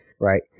right